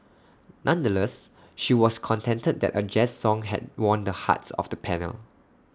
nonetheless she was contented that A jazz song had won the hearts of the panel